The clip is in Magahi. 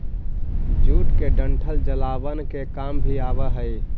जूट के डंठल जलावन के काम भी आवऽ हइ